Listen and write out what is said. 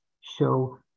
show